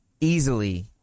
easily